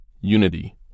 unity